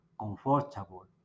comfortable